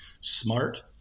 smart